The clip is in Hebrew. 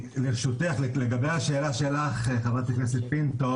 לגבי השאלה שלך, חברת הכנסת פינטו